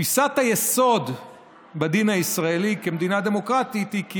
תפיסת היסוד בדין הישראלי כמדינה דמוקרטית היא כי